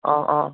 অঁ অঁ